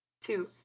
two